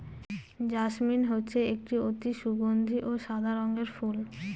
jasmine হচ্ছে একটি অতি সগন্ধি ও সাদা রঙের ফুল